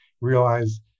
Realize